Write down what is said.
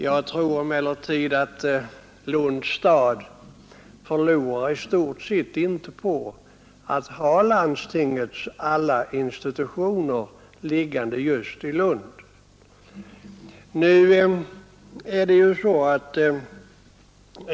Jag tror emellertid att Lunds stad i stort sett inte förlorar på att ha landstingets alla institutioner liggande just i Lund.